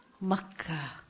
Makkah